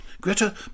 Greta